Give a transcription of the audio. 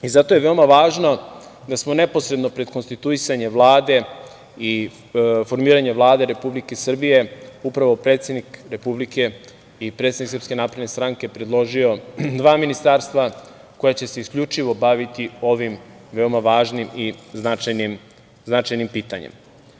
Zato je veoma važno da smo neposredno pred konstituisanje Vlade i formiranje Vlade Republike Srbije, upravo je predsednik Republike i predsednik SNS predložio dva ministarstva koja će se isključivo baviti ovim veoma važnim i značajnim pitanjem.